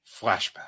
flashback